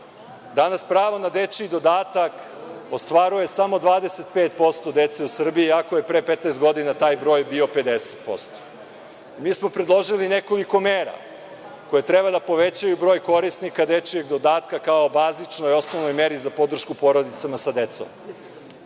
Danas pravo na dečji dodatak ostvaruje samo 25% dece u Srbiji, iako je pre 15 godina taj broj bio 50%.Mi smo predložili nekoliko mera koje treba da povećaju broj korisnika dečjeg dodatka, kao bazičnoj osnovnoj meri za podršku porodicama sa decom.